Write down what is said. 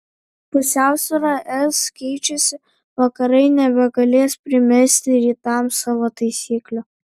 pusiausvyra es keičiasi vakarai nebegalės primesti rytams savo taisyklių